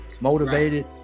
motivated